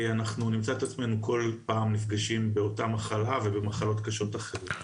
אנחנו נמצא את עצמנו כל פעם נפגשים באותה מחלה ובמחלות קשות אחרות.